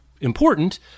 important